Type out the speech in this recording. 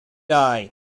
eye